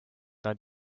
nad